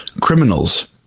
criminals